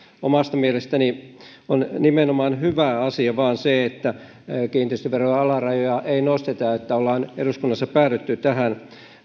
omasta mielestäni on nimenomaan vain hyvä asia se että kiinteistöverojen alarajoja ei nosteta että ollaan eduskunnassa päädytty tähän